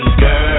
girl